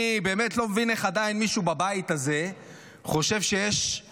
אני באמת לא מבין איך עדיין מישהו בבית הזה חושב שהוא